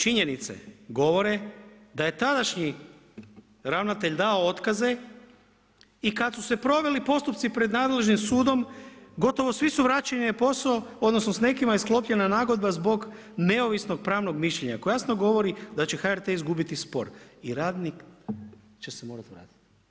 Činjenice govore da je tadašnji ravnatelj dao otkaze i kad su se proveli postupci pred nadležnim sudom gotovo svi su vraćeni na posao, odnosno s nekima je sklopljena nagodba zbog neovisnog pravnog mišljenja koja jasno govori da će HRT izgubiti spor i radnik će se morat vratit.